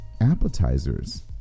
appetizers